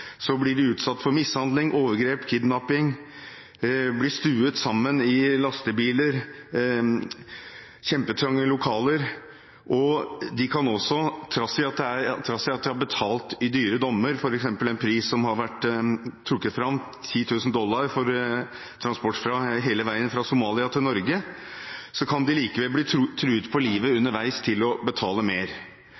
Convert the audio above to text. De blir stuet sammen i lastebiler eller i trange lokaler, og trass i at de har betalt i dyre dommer – en pris som har vært trukket fram, er 10 000 dollar for transport hele veien fra Somalia til Norge – kan de underveis bli truet på livet